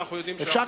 אפשר,